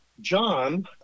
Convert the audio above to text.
John